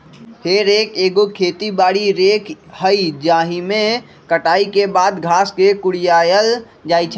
हे रेक एगो खेती बारी रेक हइ जाहिमे कटाई के बाद घास के कुरियायल जाइ छइ